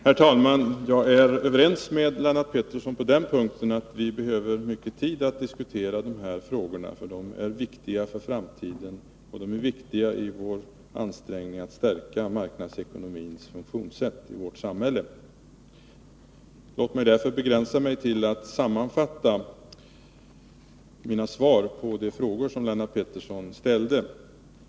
Herr talman! Jag är överens med Lennart Pettersson om att vi behöver mycket tid för att diskutera dessa frågor. De är viktiga för framtiden, och de är viktiga när det gäller våra ansträngningar att stärka marknadsekonomins funktionssätt i vårt samhälle. Låt mig därför begränsa mig till att sammanfatta mina svar på Lennart Petterssons frågor.